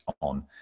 on